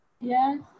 Yes